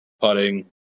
putting